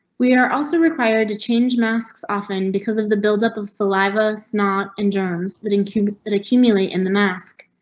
we are also required to change masks often because of the buildup of saliva, snot and germs that include that accumulate in the mask.